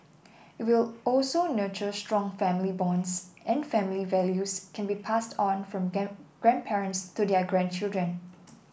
it will also nurture strong family bonds and family values can be passed on from grandparents to their grandchildren